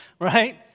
Right